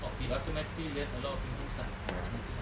we automatically learn a lot of new things lah macam gitu lah